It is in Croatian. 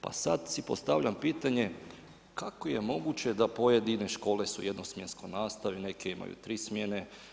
Pa sad si postavljam pitanje, kako je moguće da pojedine škole su jedno smjensko nastave, neke imaju 3 smjene.